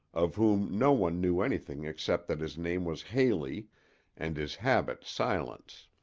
of whom no one knew anything except that his name was haley and his habit silence.